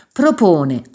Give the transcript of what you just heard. propone